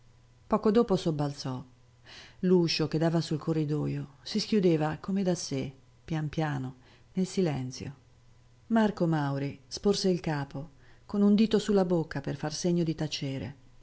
poco dopo sobbalzò l'uscio che dava sul corridoio si schiudeva come da sé pian piano nel silenzio marco mauri sporse il capo con un dito su la bocca per far segno di tacere